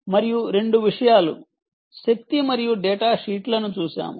మరియు రెండు విషయాలు శక్తి మరియు డేటాషీట్లను చూశాము